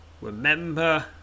Remember